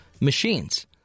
machines